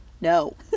No